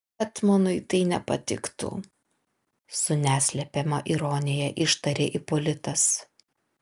etmonui tai nepatiktų su neslepiama ironija ištarė ipolitas